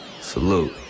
Salute